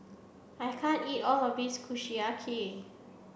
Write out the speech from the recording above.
I can't eat all of this Kushiyaki